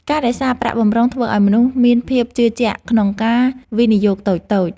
ការរក្សាប្រាក់បម្រុងធ្វើឱ្យមនុស្សមានភាពជឿជាក់ក្នុងការវិនិយោគតូចៗ។